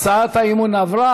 הצעת האי-אמון עברה,